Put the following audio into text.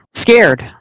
scared